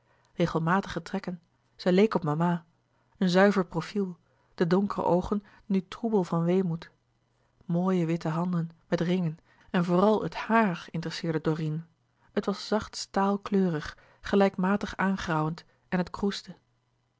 regelmatige trekken zij leek op mama een zuiver profiel de donkere oogen nu troebel van weemoed mooie witte handen met ringen en vooral het haar interesseerde dorine het was zacht staalkleurig gelijkmatig aangrauwend en het kroesde